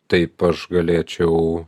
taip aš galėčiau